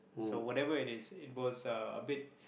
so whatever it is it was uh a bit